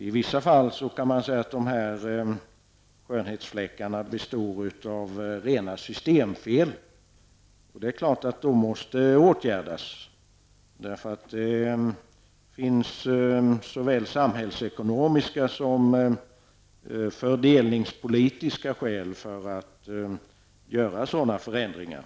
I vissa fall kan man säga att dessa skönhetsfläckar består av rena systemfel. Det är klart att de måste åtgärdas. Det finns såväl samhällsekonomiska som fördelningspolitiska skäl för sådana förändringar.